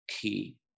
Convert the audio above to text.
key